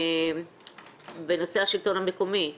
בנושא השלטון המקומי.